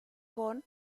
con